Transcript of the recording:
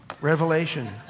revelation